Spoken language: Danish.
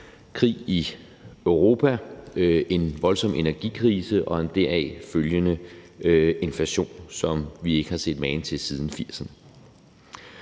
krig i Europa, en voldsom energikrise og en deraf følgende inflation, som vi ikke har set magen til siden 1980'erne.